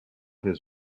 his